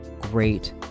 great